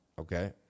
okay